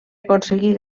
aconseguir